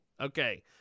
Okay